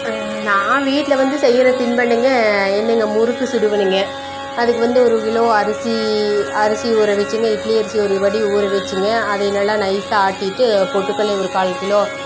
நான் வீட்டில வந்து செய்கிற தின்பண்டங்கள் என்னங்க முறுக்கு சுடுவேனுங்க அதுக்கு வந்து ஒரு கிலோ அரிசி அரிசி ஊற வச்சுங்க இட்லி அரிசி ஒரு படி ஊற வச்சிங்க அதை நல்லா நைசாக ஆட்டிட்டு பொட்டு கடலை ஒரு கால் கிலோ